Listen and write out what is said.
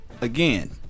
Again